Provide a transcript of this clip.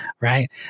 right